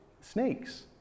snakes